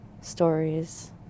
stories